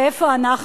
ואיפה אנחנו?